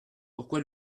pourquoi